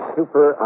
Super